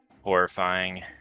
Horrifying